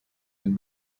and